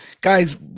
guys